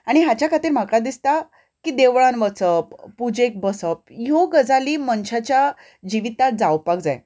आनी हाच्या खातीर म्हाका दिसता की देवळान वचप पुजेक बसप ह्यो गजाली मनशाच्या जिवितांत जावपाक जाय